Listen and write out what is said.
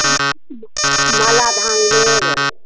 माला धान लेब